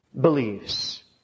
believes